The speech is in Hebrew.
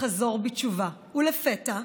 לחזור בתשובה, ולפתע,